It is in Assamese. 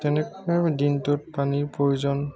তেনেকৈয়ে দিনটোত পানীৰ প্ৰয়োজন